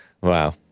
Wow